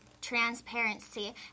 Transparency